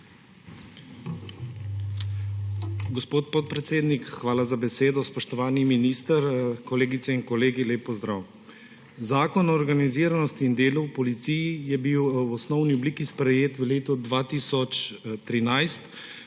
Gospod podpredsednik, hvala za besedo. Spoštovani minister, kolegice in kolegi, lep pozdrav! Zakon o organiziranosti in delu v policiji je bil v osnovni obliki sprejet v letu 2013.